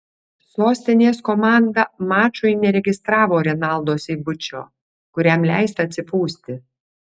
sostinės komanda mačui neregistravo renaldo seibučio kuriam leista atsipūsti